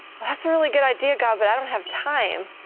that's a really good idea, god, but i don't have time.